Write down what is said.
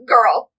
Girl